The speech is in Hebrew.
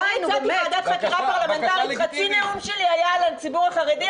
כשאני הצעתי ועדת חקירה פרלמנטרית חצי נאום שלי היה על הציבור החרדי,